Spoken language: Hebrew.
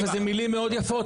וזה מילים מאוד יפות,